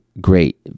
great